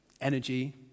energy